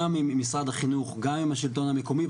גם ממשרד החינוך, גם עם השלטון המקומי.